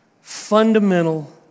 fundamental